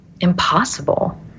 impossible